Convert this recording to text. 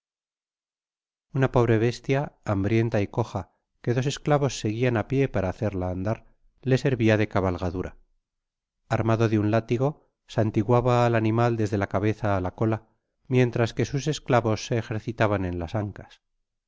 una pobre bestia hambrienta y coja que dos esclavos seguian á pié para hacerla andar le servia de cabalgadura armado de un látigo santiguaba al animal desde la cabeza á la cola mientras que sus esclavos se ejercitaban en las ancas